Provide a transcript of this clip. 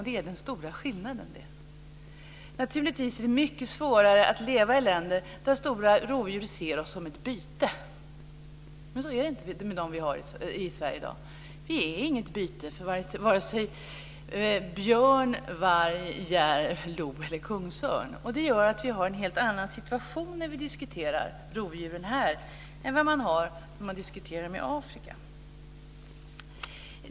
Det är den stora skillnaden. Naturligtvis är det mycket svårare att leva i länder där stora rovdjur ser oss som ett byte. Men så är det inte med de rovdjur vi har i Sverige i dag. Vi är inget byte för vare sig björn, järv, lo eller kungsörn. Det gör att vi har en helt annan situation när vi diskuterar rovdjuren här än vad man har när man diskuterar dem i Afrika.